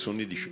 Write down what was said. רצוני לשאול: